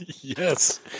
Yes